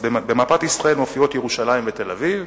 במפת ישראל מופיעות ירושלים ותל-אביב,